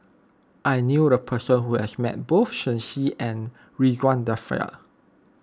I knew a person who has met both Shen Xi and Ridzwan Dzafir